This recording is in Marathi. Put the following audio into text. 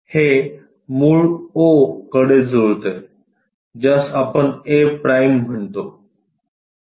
हे मूळ o कडे जुळते ज्यास आपण a' म्हणतो